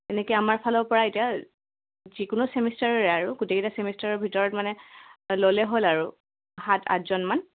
এনেকৈ আমাৰ ফালৰ পৰা এতিয়া যিকোনো ছেমিষ্টাৰৰে আৰু গোটেইকেইটা ছেমিষ্টাৰৰ ভিতৰত মানে ল'লে হ'ল আৰু সাত আঠজনমান